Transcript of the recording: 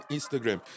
Instagram